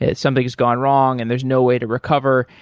ah something's gone wrong and there's no way to recover.